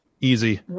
easy